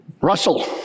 Russell